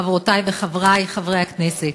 חברותי וחברי חברי הכנסת,